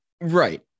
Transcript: Right